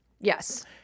Yes